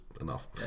enough